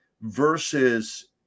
versus